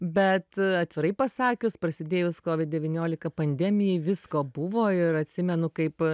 bet atvirai pasakius prasidėjus covid devyniolika pandemijai visko buvo ir atsimenu kaip